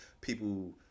people